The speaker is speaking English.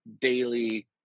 daily